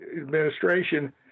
administration